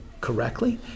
correctly